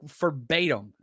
verbatim